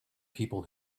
people